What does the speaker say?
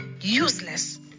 useless